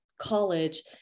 college